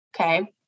okay